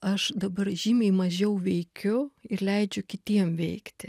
aš dabar žymiai mažiau veikiu ir leidžiu kitiem veikti